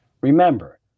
Remember